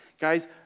Guys